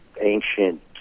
ancient